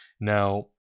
Now